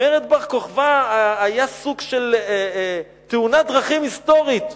מרד בר-כוכבא היה סוג של תאונת דרכים היסטורית.